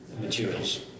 materials